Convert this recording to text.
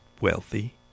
wealthy